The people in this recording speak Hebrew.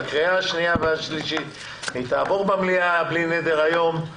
לקריאה השנייה והשלישית ובלי נדר היא תעבור היום במליאה.